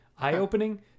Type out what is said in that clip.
Eye-opening